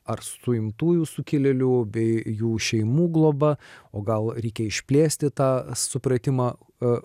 ar suimtųjų sukilėlių bei jų šeimų globa o gal reikia išplėsti tą supratimą e